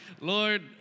Lord